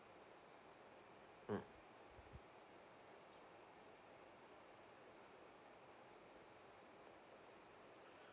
mm